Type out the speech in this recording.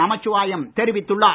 நமச்சிவாயம் தெரிவித்துள்ளார்